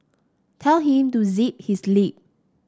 tell him to zip his lip